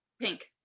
pink